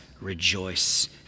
rejoice